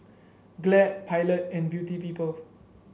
Glad Pilot and Beauty People